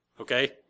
okay